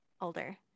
older